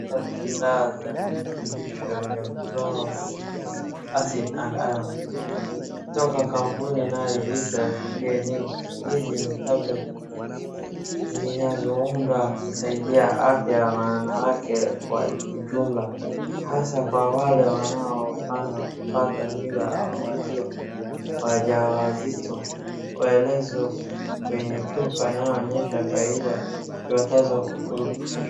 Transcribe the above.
Picha ya dawa za virutubisho vya folic acid and iron kutoka kampuni inayoitwa She Need . Hizi ni tablets zinazoundwa kusaidia afya ya wanawake kwa ujumla, hasa kwa wale wanaopanga kupata miba au walio wajawazito. Maelezo kwenye chupa yanaonyesha faida vitakavyokurupishwa.